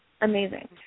Amazing